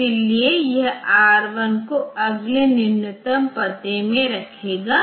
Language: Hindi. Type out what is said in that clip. इसलिए यह R1 को अगले निम्नतम पते में रखेगा